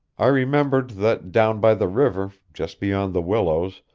i remembered that down by the river, just beyond the willows,